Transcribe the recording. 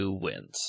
wins